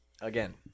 Again